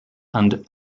and